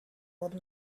old